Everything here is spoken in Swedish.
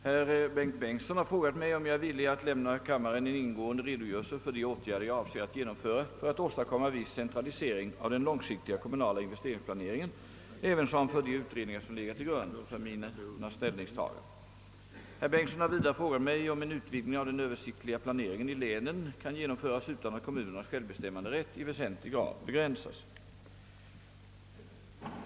Herr talman! Herr Bengtson i Solna har frågat mig, om jag är villig att lämna kammaren en ingående redogörelse för de åtgärder jag avser att genomföra för att åstadkomma viss centralisering av den långsiktiga kommunala investeringsplaneringen, ävensom för de utredningar som legat till grund för mina ställningstaganden. Herr Bengtson har vidare frågat mig, om en utvidgning av den översiktliga planeringen i länen kan genomföras utan att kommunernas självbestämmanderätt i väsentlig grad begränsas.